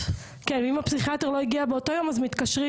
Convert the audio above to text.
ואם הפסיכיאטר לא הגיע באותו יום אז מתקשרים